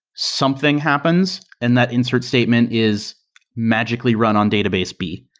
something happens, and that insert statement is magically run on database b.